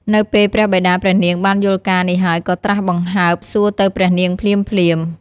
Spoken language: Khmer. នៅពេលព្រះបិតាព្រះនាងបានយល់ការនេះហើយក៏ត្រាស់បង្ហើបសួរទៅព្រះនាង ភ្លាមៗ។